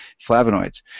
flavonoids